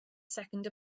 second